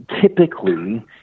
typically